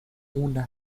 una